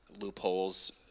loopholes